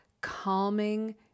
Calming